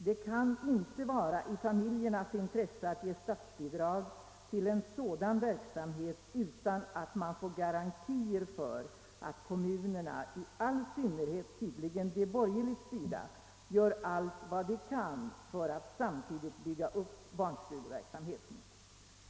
Det kan inte vara i familjernas intresse att ge statsbidrag till en sådan verksamhet, om man inte får garantier för att kommunerna — i all synnerhet tydligen de borgerligt styrda — gör allt vad de kan för att samtidigt bygga upp barnstugeverksamheten.